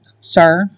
sir